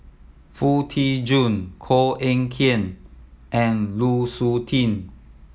Foo Tee Jun Koh Eng Kian and Lu Suitin